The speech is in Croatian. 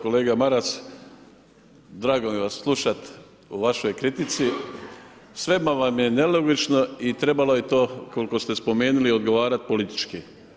Kolega Maras, drago mi je vas je slušati u vašoj kritici, sve vam je nelogično i trebalo je to koliko ste spomenuti, odgovarati politički.